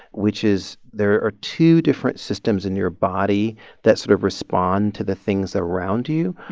which is there are two different systems in your body that sort of respond to the things around you.